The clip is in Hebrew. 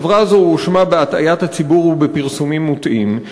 החברה הזאת הואשמה בהטעיית הציבור ובפרסומים מוטעים,